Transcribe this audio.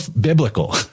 biblical